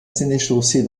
sénéchaussée